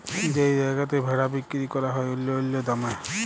যেই জায়গাতে ভেড়া বিক্কিরি ক্যরা হ্যয় অল্য অল্য দামে